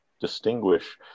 distinguish